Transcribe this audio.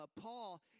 Paul